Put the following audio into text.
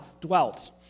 dwelt